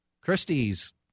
Christie's